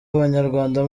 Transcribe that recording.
abanyarwanda